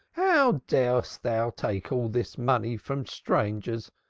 how darest thou take all this money from strangers,